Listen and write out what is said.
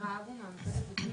שירה עבו מהמרכז ולמהגרים.